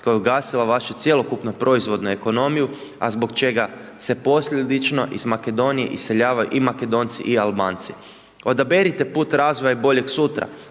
koja je ugasila vašu cjelokupnu proizvodnu ekonomiju, a zbog čega se posljedično iz Makedonije iseljavaju i Makedonci i Albanci. Odaberite put razvoja boljeg sutra,